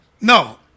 No